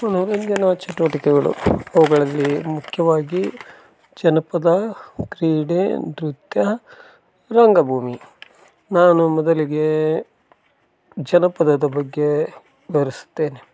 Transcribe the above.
ಮನರಂಜನಾ ಚಟುವಟಿಕೆಗಳು ಅವುಗಳಲ್ಲಿ ಮುಖ್ಯವಾಗಿ ಜನಪದ ಕ್ರೀಡೆ ನೃತ್ಯ ರಂಗಭೂಮಿ ನಾನು ಮೊದಲಿಗೆ ಜನಪದದ ಬಗ್ಗೆ ವಿವರಿಸುತ್ತೇನೆ